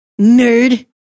Nerd